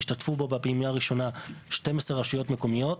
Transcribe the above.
השתתפו בו בפעימה הראשונה 12 רשויות מקומיות.